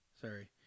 sorry